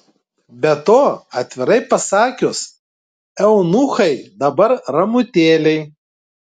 be to atvirai pasakius eunuchai dabar ramutėliai